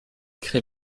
crée